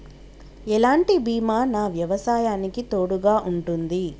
ఎలాంటి బీమా నా వ్యవసాయానికి తోడుగా ఉంటుంది?